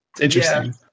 interesting